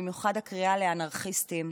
במיוחד הקריאה "אנרכיסטים".